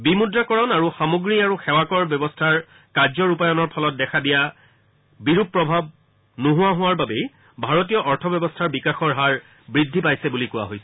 বিমূদ্ৰাকৰণ আৰু সামগ্ৰী আৰু সেৱাকৰ ব্যৱস্থাৰ কাৰ্য ৰূপায়ণৰ ফলত দেখা দিয়া বিৰূপ প্ৰভাৱ নোহোৱাৰ হোৱাৰ বাবেই ভাৰতীয় অৰ্থ ব্যৱস্থাৰ বিকাশৰ হাৰ বৃদ্ধি পাইছে বুলি কোৱা হৈছে